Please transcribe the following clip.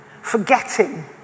forgetting